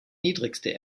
niedrigste